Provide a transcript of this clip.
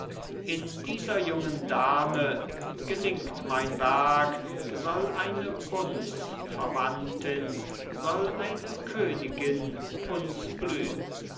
in dieser jungen dame gelingt mein werk soll eine bundsverwandtin soll eine königin uns blühn